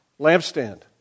lampstand